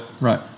Right